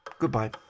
Goodbye